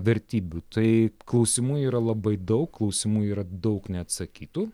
vertybių tai klausimų yra labai daug klausimų yra daug neatsakytų